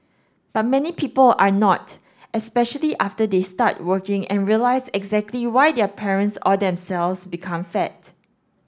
but many people are not especially after they start working and realise exactly why their parents or themselves became fat